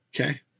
Okay